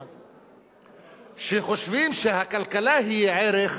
חושבים שהכלכלה היא ערך,